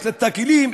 יש לה את הכלים,